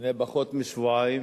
לפני פחות משבועיים